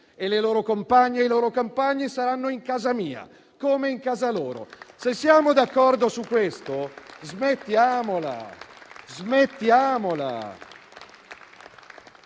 e le loro compagne e i loro compagni saranno in casa mia come in casa loro. Se siamo d'accordo su questo, smettiamola.